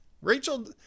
Rachel